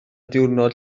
diwrnod